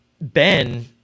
Ben